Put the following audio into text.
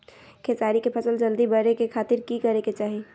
खेसारी के फसल जल्दी बड़े के खातिर की करे के चाही?